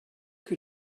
que